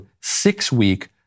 six-week